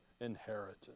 inheritance